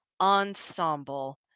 Ensemble